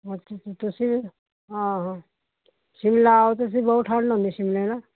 ਤੁਸੀਂ ਹਾਂ ਹਾਂ ਸ਼ਿਮਲਾ ਆਓ ਤੁਸੀਂ ਬਹੁਤ ਠੰਡ ਹੁੰਦੀ ਸ਼ਿਮਲੇ ਨਾ